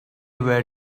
were